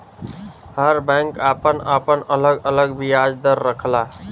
हर bank आपन आपन अलग अलग बियाज दर रखला